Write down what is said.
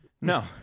No